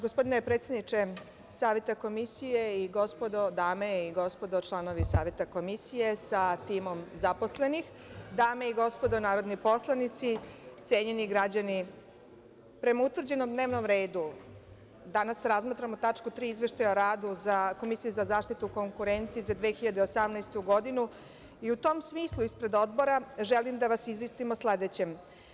Gospodine predsedniče Saveta komisije, dame i gospodo članovi Saveta komisije sa timom zaposlenih, dame i gospodo narodni poslanici, cenjeni građani, prema utvrđenom dnevnom redu danas razmatramo tačku 3. Izveštaja o radu Komisije za zaštitu konkurencije za 2018. godinu i u tom smislu ispred Odbora želim da vas izvestim o sledećem.